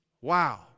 wow